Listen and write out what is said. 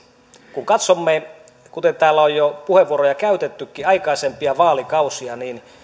kun katsomme kuten täällä on jo puheenvuoroja käytettykin aikaisempia vaalikausia niin